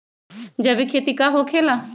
जैविक खेती का होखे ला?